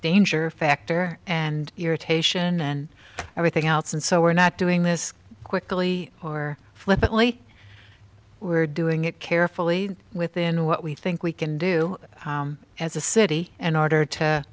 danger factor and irritation and everything else and so we're not doing this quickly or flippantly we're doing it carefully within what we think we can do as a city and order to